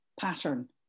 pattern